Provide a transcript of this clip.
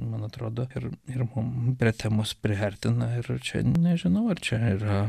man atrodo ir ir mum prie temos priartina ir čia nežinau ar čia yra